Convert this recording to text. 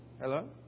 Hello